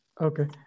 Okay